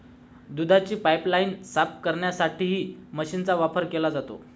दुधाची पाइपलाइन साफ करण्यासाठीही मशीनचा वापर केला जातो